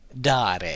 dare